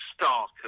stark